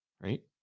right